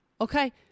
Okay